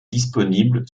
disponible